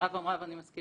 שמירב אמרה, ואני מסכימה.